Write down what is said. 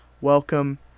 Welcome